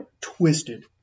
twisted